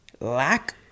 Lack